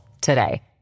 today